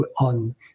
on